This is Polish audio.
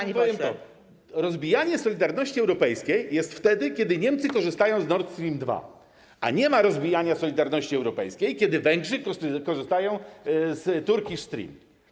Tylko powiem to: Rozbijanie solidarności europejskiej jest wtedy, kiedy Niemcy korzystają z Nord Stream 2, a nie ma rozbijania solidarności europejskiej wtedy, kiedy Węgrzy korzystają z Turkish Stream.